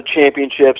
championships